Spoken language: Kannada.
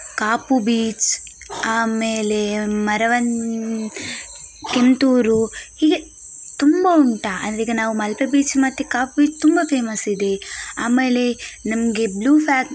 ಕಾಪು ಬೀಚ್ ಆಮೇಲೆ ಮರವನ್ನ ಕೆಮ್ತೂರು ಹೀಗೆ ತುಂಬ ಉಂಟಾ ಅಂದರೆ ಈಗ ನಾವು ಮಲ್ಪೆ ಬೀಚ್ ಮತ್ತೆ ಕಾಪು ಬೀಚ್ ತುಂಬ ಫೇಮಸ್ಸಿದೆ ಆಮೇಲೆ ನಮಗೆ ಬ್ಲೂ ಫ್ಲಾ